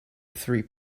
three